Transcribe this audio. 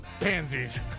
pansies